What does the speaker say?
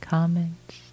Comments